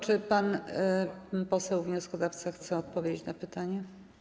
Czy pan poseł wnioskodawca chce odpowiedzieć na pytanie?